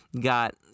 got